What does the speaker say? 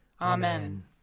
Amen